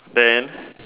then